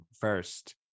first